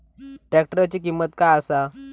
ट्रॅक्टराची किंमत काय आसा?